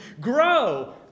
Grow